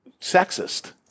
sexist